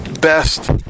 best